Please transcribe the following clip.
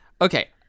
Okay